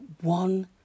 one